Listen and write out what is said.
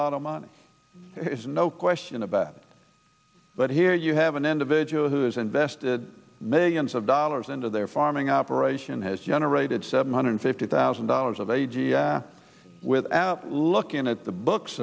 lot of money is no question about that but here you have an individual who is invested millions of dollars into their farming operation has generated seven hundred fifty thousand dollars of a g i without looking at the books